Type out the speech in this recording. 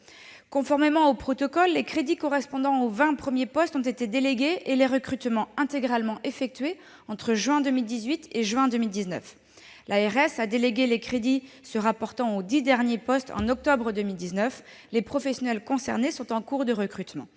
Conformément au protocole, les crédits correspondant aux vingt premiers postes ont été délégués et les recrutements intégralement effectués entre juin 2018 et juin 2019. L'ARS a délégué les crédits relatifs aux dix derniers postes en octobre 2019. Les professionnels concernés sont en cours de recrutement.